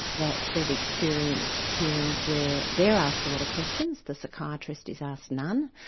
that they've experienced hearings where they're asked a lot of questions the psychiatrist is asked none.